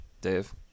Dave